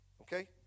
Okay